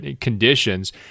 conditions